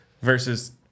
versus